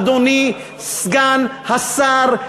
אדוני סגן השר,